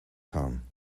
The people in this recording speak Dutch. gaan